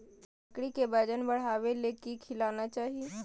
बकरी के वजन बढ़ावे ले की खिलाना चाही?